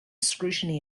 scrutiny